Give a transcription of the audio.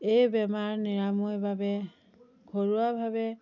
এই বেমাৰ নিৰাময় বাবে ঘৰুৱাভাৱে